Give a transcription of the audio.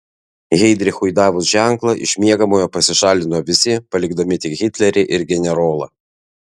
heidrichui davus ženklą iš miegamojo pasišalino visi palikdami tik hitlerį ir generolą